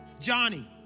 Johnny